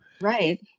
right